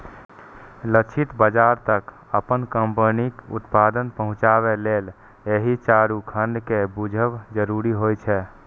लक्षित बाजार तक अपन कंपनीक उत्पाद पहुंचाबे लेल एहि चारू खंड कें बूझब जरूरी होइ छै